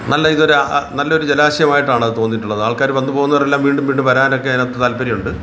നല്ല ഇതൊരു നല്ലൊരു ജലാശയമായിട്ടാണ് അത് തോന്നിയിട്ടുള്ളത് ആൾക്കാർ വന്ന് പോകുന്നവരെല്ലാം വീണ്ടും വീണ്ടും വരാനൊക്കെ അതിനകത്ത് താല്പര്യമുണ്ട്